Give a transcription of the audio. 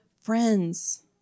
Friends